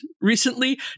recently